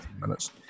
minutes